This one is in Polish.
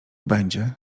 będzie